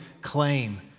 claim